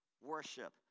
worship